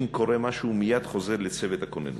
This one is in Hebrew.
אם קורה משהו הוא מייד חוזר לצוות הכוננות.